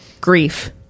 grief